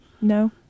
No